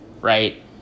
right